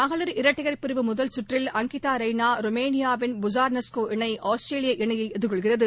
மகளிர் இரட்டையர் பிரிவு முதல் சுற்றில் அங்கிதாரெய்னா ருமேனியாவின் பூசர்னெஸ்கா இணை ஆஸ்திரேலிய இணையைஎதிர்கொள்கிறது